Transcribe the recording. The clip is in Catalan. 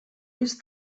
ulls